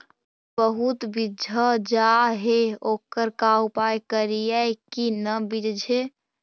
बुट बहुत बिजझ जा हे ओकर का उपाय करियै कि न बिजझे?